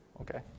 Okay